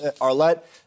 Arlette